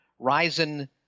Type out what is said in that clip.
Ryzen